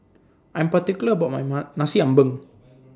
I'm particular about My Ma Nasi Ambeng